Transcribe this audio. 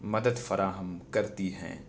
مدد فراہم کرتی ہیں